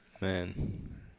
Man